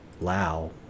lao